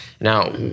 Now